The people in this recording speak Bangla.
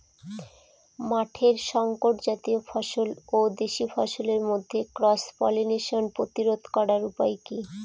মাঠের শংকর জাতীয় ফসল ও দেশি ফসলের মধ্যে ক্রস পলিনেশন প্রতিরোধ করার উপায় কি?